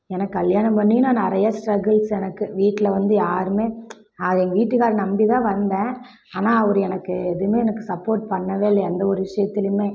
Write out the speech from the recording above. ஏனால் கல்யாணம் பண்ணி நான் நிறையா ஸ்ட்ரகுள்ஸ் எனக்கு வீட்டில் வந்து யாருமே அது எங்க வீட்டுக்காரரை நம்பிதான் வந்தேன் ஆனால் அவரு எனக்கு எதுவுமே எனக்கு சப்போர்ட் பண்ணவே இல்லை எந்த ஒரு விஷயத்திலையுமே